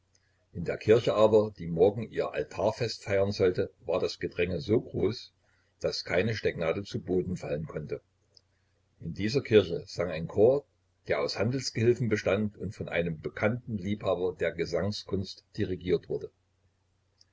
in der kirche aber die morgen ihr altarfest feiern sollte war das gedränge so groß daß keine stecknadel zu boden fallen konnte in dieser kirche sang ein chor der aus handelsgehilfen bestand und von einem bekannten liebhaber der gesangskunst dirigiert wurde